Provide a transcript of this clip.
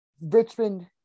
Richmond